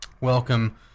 Welcome